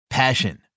Passion